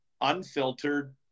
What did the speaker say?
unfiltered